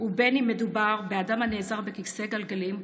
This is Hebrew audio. ובין שמדובר באדם הנעזר בכיסא גלגלים,